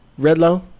redlow